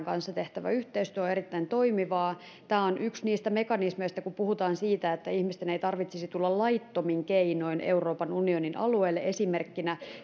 kanssa tehtävä yhteistyö on erittäin toimivaa tämä on esimerkkinä yksi niistä mekanismeista kun puhutaan siitä että ihmisten ei tarvitsisi tulla laittomin keinoin euroopan unionin alueelle